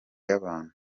y’abantu